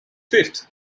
fifth